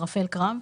ערפל קרב.